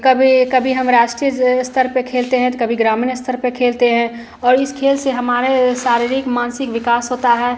कभी कभी हम राष्ट्रीय जजो है स्तर पर खेलते हैं तो कभी ग्रामीण स्तर पर खेलते हैं और इस खेल से हमारे शारिरिक मानसिक विकास होता है